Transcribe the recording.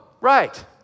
right